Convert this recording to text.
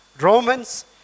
Romans